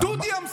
דודי אמסלם.